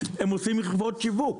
הם עושים עם חברות שיווק.